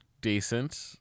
decent